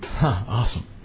awesome